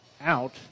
out